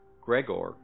gregor